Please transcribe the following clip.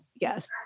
Yes